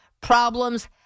problems